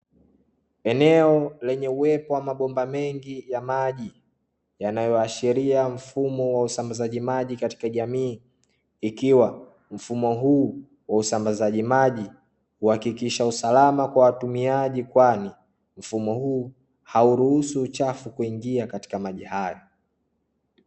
Eneo lenye uwepo wa mabomba mengi ya maji yanayoashiria mfumo wa usambazaji maji katika jamii, ikiwa mfumo huu wa usambazaji maji huhakikisha usalama kwa watumiaji kwani mfumo huu hauruhusu uchafu kuingia katika maji haya.